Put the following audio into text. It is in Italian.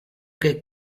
che